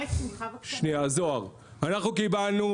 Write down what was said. קיבלנו.